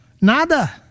Nada